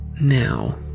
now